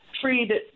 treated